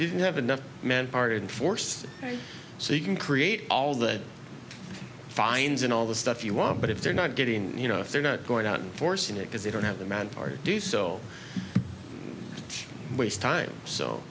didn't have enough men are in force so you can create all that fines and all the stuff you want but if they're not getting you know if they're not going out forcing it because they don't have the manpower to do so waste time so